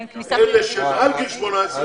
אלה שמעל גיל 18 מקבלים.